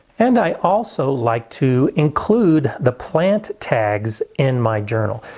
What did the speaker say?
and i also like to include the plant tags in my journal.